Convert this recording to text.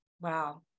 Wow